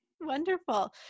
Wonderful